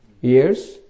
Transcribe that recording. years